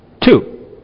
Two